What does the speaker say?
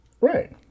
right